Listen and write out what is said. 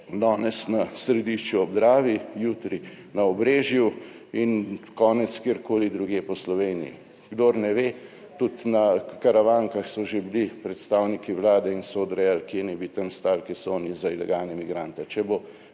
danes na Središču ob Dravi, jutri na Obrežju in konec kjerkoli drugje po Sloveniji. Kdor ne ve., tudi na Karavankah so že bili predstavniki Vlade in se odrejali kje naj bi tam stali, kje so oni za ilegalne migrante.